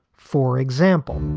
for example